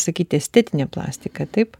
sakyti estetinė plastika taip